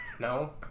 No